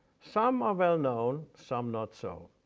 some are well-known, some not so.